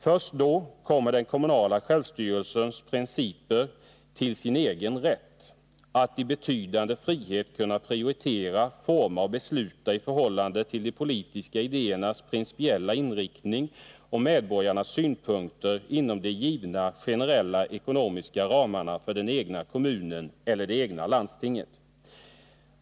Först då kommer den kommunala självstyrelsens principer till sin egen rätt, att i betydande frihet kunna prioritera, forma och besluta i förhållande till de politiska idéernas principiella inriktning och medborgarnas synpunkter, inom de givna generella ekonomiska ramarna för den egna kommunen eller det egna landstinget.